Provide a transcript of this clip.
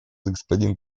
господин